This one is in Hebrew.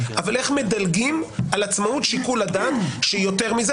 אבל איך מדגלים על עצמאות שיקול הדעת שהיא יותר מזה.